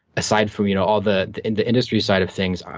aside from you know ah the the industry side of things,